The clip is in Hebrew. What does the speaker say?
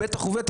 בטח ובטח